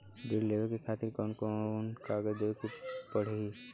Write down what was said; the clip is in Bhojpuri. ऋण लेवे के खातिर कौन कोन कागज देवे के पढ़ही?